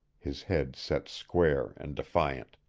his head set square and defiant.